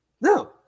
No